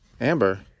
Amber